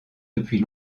depuis